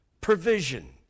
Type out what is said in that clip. provision